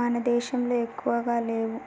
మన దేశంలో ఎక్కువగా లేవు